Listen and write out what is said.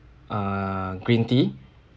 err green tea